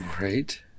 Right